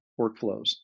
workflows